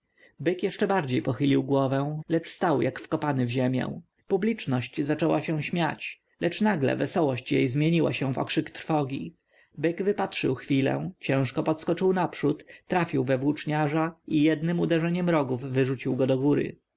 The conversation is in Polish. byk jeszcze bardziej pochylił głowę lecz stał jak wkopany w ziemię publiczność zaczęła się śmiać lecz nagle wesołość jej zamieniła się w okrzyk trwogi byk wypatrzył chwilę ciężko podskoczył naprzód trafił we włóczniarza i jednem uderzeniem rogów wyrzucił go dogóry